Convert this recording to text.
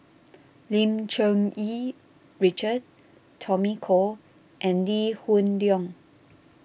Lim Cherng Yih Richard Tommy Koh and Lee Hoon Leong